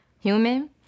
human